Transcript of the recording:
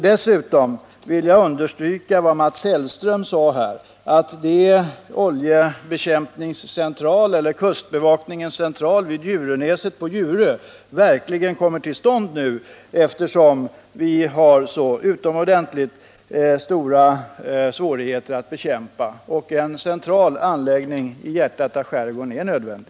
Dessutom vill jag understryka vad Mats Hellström här sade, nämligen att det är nödvändigt att en oljebekämpningscentral eller kustbevakningscentral på Djurönäset på Djurö nu verkligen kommer till stånd, eftersom vi har så utomordentligt stora svårigheter att bekämpa oljan. En central anläggning i hjärtat av skärgården är nödvändig.